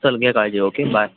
चल घे काळजी ओके बाय